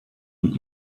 und